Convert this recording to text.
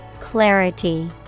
Clarity